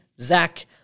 Zach